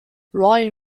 roy